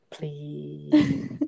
Please